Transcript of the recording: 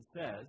says